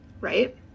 right